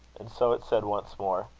and so it said once more,